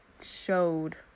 showed